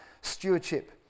stewardship